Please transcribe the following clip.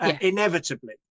Inevitably